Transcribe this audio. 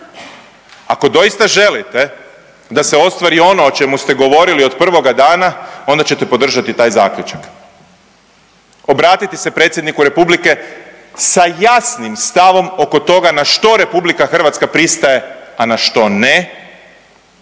Ako doista želite da se ostvari ono o čemu ste govorili od prvoga dana onda ćete podržati taj zaključak. Obratiti se Predsjedniku Republike sa jasnim stavom oko toga na što RH pristaje, a na što ne,